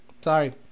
sorry